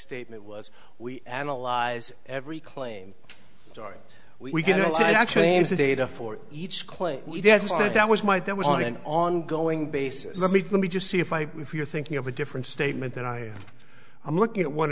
statement was we analyze every claim story we can actually use the data for each claim we did that was my that was on an ongoing basis let me let me just see if i if you're thinking of a different statement than i i'm looking at one